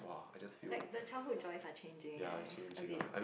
like the childhood joys are changing eh it's a bit